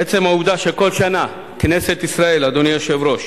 עצם העובדה שכל שנה כנסת ישראל, גברתי היושבת-ראש,